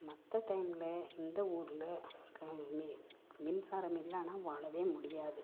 மற்ற டைமில் இந்த ஊரில் க மி மின்சாரம் இல்லைனா வாழவே முடியாது